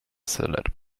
salad